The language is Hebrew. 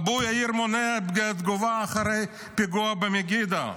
אבו יאיר מונע תגובה אחרי הפיגוע במגידו.